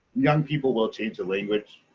young people will change the language,